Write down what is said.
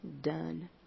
done